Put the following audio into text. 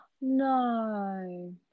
No